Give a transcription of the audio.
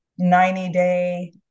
90-day